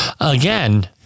Again